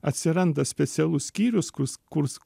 atsiranda specialus skyrius kurs kurs